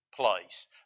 place